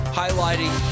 highlighting